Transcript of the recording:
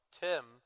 Tim